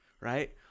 Right